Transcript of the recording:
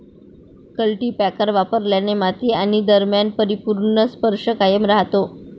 cultipacker वापरल्याने माती आणि दरम्यान परिपूर्ण स्पर्श कायम राहतो